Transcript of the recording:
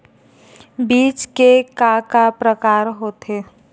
बीज के का का प्रकार होथे?